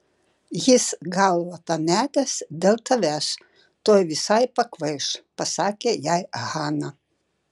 jis galvą pametęs dėl tavęs tuoj visai pakvaiš pasakė jai hana